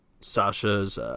Sasha's